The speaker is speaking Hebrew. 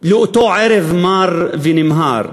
לאותו ערב מר ונמהר,